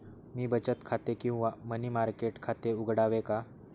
मी बचत खाते किंवा मनी मार्केट खाते उघडावे का?